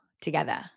together